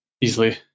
easily